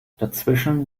dazwischen